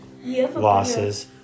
losses